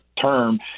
term